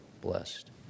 blessed